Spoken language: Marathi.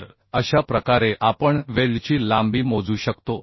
तर अशा प्रकारे आपण वेल्डची लांबी मोजू शकतो